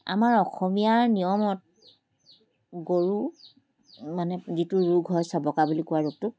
আমাৰ অসমীয়াৰ নিয়মত গৰু মানে যিটো ৰোগ হয় চবকা বুলি কোৱা ৰোগটোক